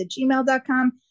gmail.com